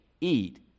eat